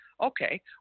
Okay